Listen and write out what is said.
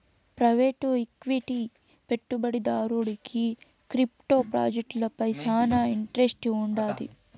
private equity పెట్టుబడిదారుడికి crypto ప్రాజెక్టులపై శానా ఇంట్రెస్ట్ వుండాది